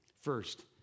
First